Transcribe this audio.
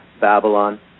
Babylon